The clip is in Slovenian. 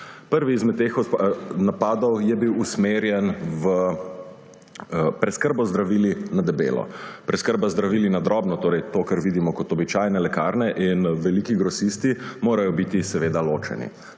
Prvi izmed teh napadov je bil usmerjen v preskrbo z zdravili na debelo. Preskrba z zdravili na drobno, torej to, kar vidimo kot običajne lekarne, in veliki grosisti morajo biti seveda ločeni.